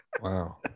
Wow